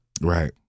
right